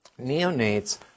neonates